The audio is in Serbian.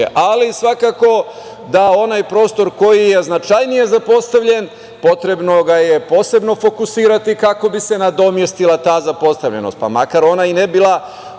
ali svakako da onaj prostor koji je značajnije zapostavljen potrebno ga je posebno fokusirati kako bi se nadomestila ta zapostavljenost, pa makar ona i ne bila